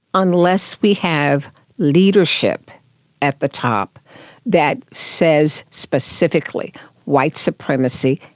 unless we have leadership at the top that says specifically white supremacy,